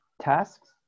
tasks